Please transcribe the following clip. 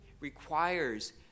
requires